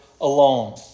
alone